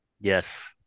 Yes